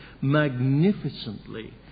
magnificently